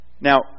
Now